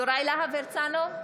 יוראי להב הרצנו,